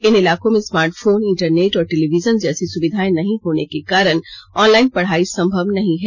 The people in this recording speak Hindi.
इन इलाकों में स्मार्ट फोन इंटनरेट और टेलीविजन जैसी सुविधाएं नहीं होने के कारण ऑनलाइन पढ़ाई संभव नहीं है